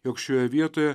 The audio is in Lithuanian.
jog šioje vietoje